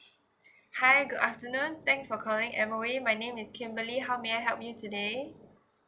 hi good afternoon thanks for calling M_O_E my name is kimberly how may I help you today